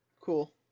Cool